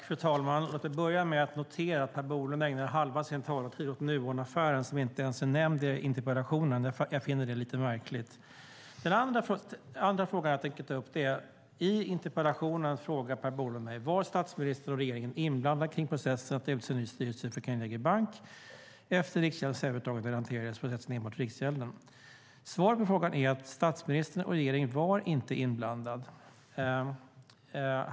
Fru talman! Låt mig börja med att notera att Per Bolund ägnar halva sin talartid åt Nuonaffären som inte ens är nämnd i interpellationen. Jag finner det lite märkligt. Den andra frågan som jag tänker ta upp är att Per Bolund i interpellationen frågar mig om statsministern och regeringen var inblandade i processen att utse ny styrelse för Carnegie bank efter Riksgäldskontorets övertagande, eller om processen enbart hanterades av Riksgäldskontoret. Svaret på frågan är att statsministern och regeringen inte var inblandade.